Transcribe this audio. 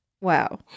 Wow